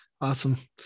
Awesome